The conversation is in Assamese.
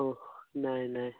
অঁ নাই নাই